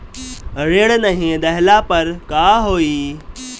ऋण नही दहला पर का होइ?